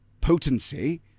potency